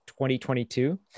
2022